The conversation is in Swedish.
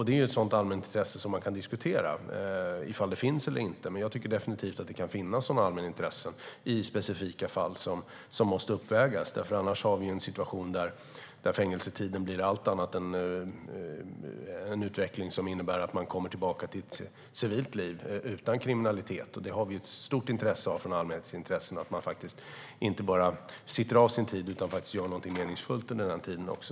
Det är ett sådant allmänintresse som man kan diskutera, om det finns eller inte. Jag tycker definitivt att det kan finnas sådana allmänintressen i specifika fall som måste uppvägas. Annars har vi en situation där fängelsetiden blir allt annat än en utveckling som innebär att man kommer tillbaka till ett civilt liv utan kriminalitet, vilket vi har ett stort intresse av från allmänt intresse, så att man inte bara sitter av sin tid utan också gör något meningsfullt under den tiden också.